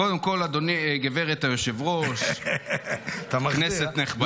קודם כול, גברת היושב-ראש, כנסת נכבדה.